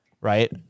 right